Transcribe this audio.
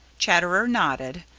chatterer nodded.